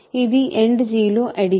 ఇది End లో addition